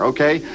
Okay